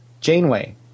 Janeway